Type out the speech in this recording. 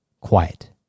quiet